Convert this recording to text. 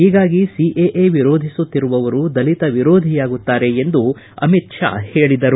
ಹೀಗಾಗಿ ಸಿಎಎ ವಿರೋಧಿಸುತ್ತಿರುವರು ದಲಿತವಿರೋಧಿಯಾಗುತ್ತಾರೆ ಎಂದು ಅಮಿತ್ ಶಾ ಹೇಳಿದರು